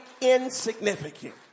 insignificant